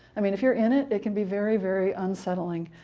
i mean, if you're in it it can be very very unsettling,